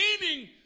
meaning